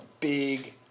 big